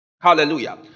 Hallelujah